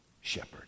shepherd